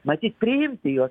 matyt priimti jos